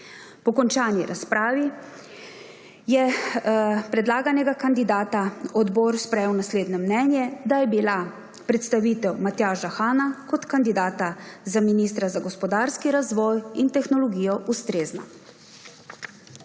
Po končani predstavitvi predlaganega kandidata je odbor sprejel naslednje mnenje, da je bila predstavitev Matjaža Hana kot kandidata za ministra za gospodarski razvoj in tehnologijo ustrezna.